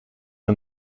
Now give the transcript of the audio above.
een